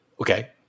Okay